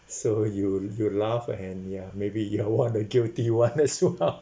so you you laugh and ya maybe you are one of the guilty one as well